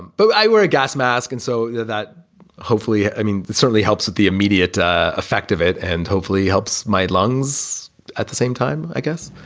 but i wear a gas mask and so that hopefully i mean certainly helps with the immediate ah effect of it and hopefully helps my lungs at the same time i guess